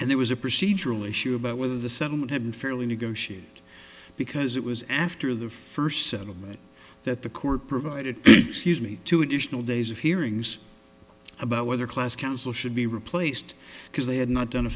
and there was a procedural issue about whether the settlement had been fairly negotiate because it was after the first settlement that the court provided excuse me two additional days of hearings about whether class counsel should be replaced because they had not done a